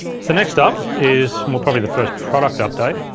so next up is, well probably the first product update.